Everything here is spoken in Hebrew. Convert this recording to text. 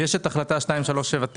יש את החלטה 2379,